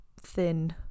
thin